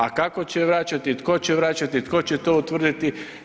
A kako će vraćati, tko će vraćati, tko će to utvrditi?